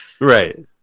right